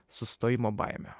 sustojimo baimė